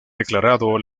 declarado